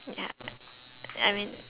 ya I mean